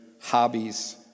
hobbies